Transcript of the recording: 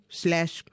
slash